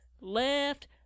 left